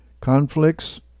Conflicts